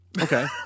Okay